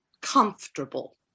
comfortable